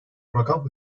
rakam